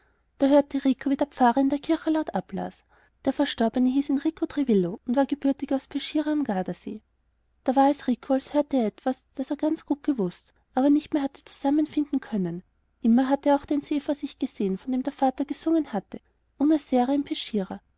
dort hörte rico wie der herr pfarrer in der kirche laut ablas der verstorbene hieß enrico trevillo und war gebürtig aus peschiera am gardasee da war es rico als hörte er etwas das er ganz gut gewußt aber gar nicht mehr hatte zusammenfinden können immer hatte er auch den see vor sich gesehen wenn er mit dem vater gesungen hatte una sera in